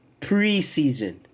preseason